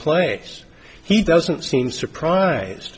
place he doesn't seem surprised